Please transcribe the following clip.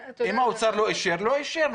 אם האוצר לא אישר, לא אישר.